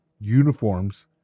uniforms